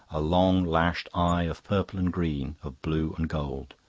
a long-lashed eye of purple and green, of blue and gold.